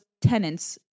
tenants